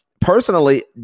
Personally